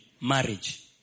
marriage